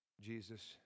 Jesus